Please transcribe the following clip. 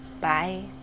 Bye